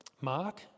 Mark